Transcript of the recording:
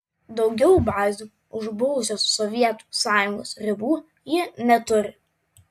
daugiau bazių už buvusios sovietų sąjungos ribų ji neturi